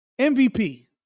MVP